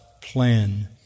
plan